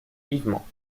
vivement